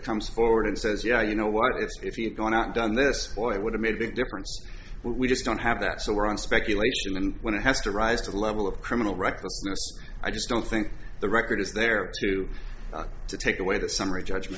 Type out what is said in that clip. comes forward and says you know you know what if you've gone out done this or it would have made a big difference we just don't have that so we're in speculation and when it has to rise to the level of criminal records i just don't think the record is there to take away the summary judgment